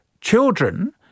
children